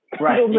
Right